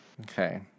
Okay